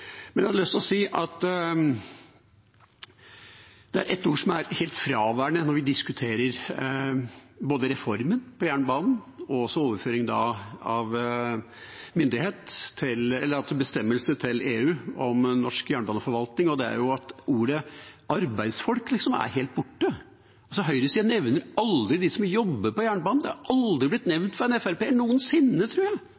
er et ord som er helt fraværende når vi diskuterer både reformen på jernbanen og overføring av bestemmelse til EU om norsk jernbaneforvaltning, og det er ordet «arbeidsfolk». Det er helt borte. Høyresiden nevner aldri dem som jobber på jernbanen, det har aldri noensinne blitt